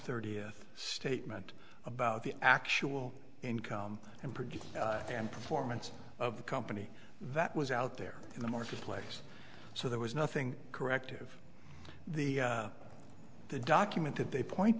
thirtieth statement about the actual income and project and performance of the company that was out there in the marketplace so there was nothing corrective the the document that they point